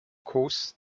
course